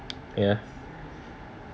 ya